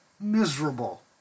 miserable